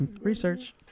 Research